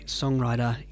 songwriter